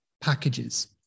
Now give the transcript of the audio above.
packages